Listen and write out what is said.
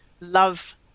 love